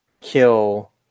kill